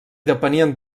depenien